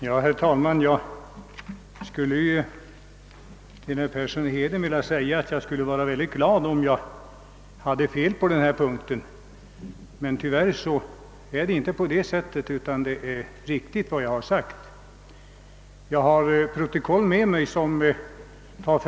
Herr talman! Jag skulle vara mycket glad, herr Persson i Heden, om jag hade fel i detta fall, men tyvärr är det inte så. Vad jag har sagt är riktigt. Jag har protokoll med mig som visar det.